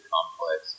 Complex